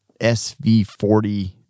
SV40